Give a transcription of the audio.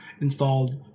installed